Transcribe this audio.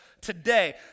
today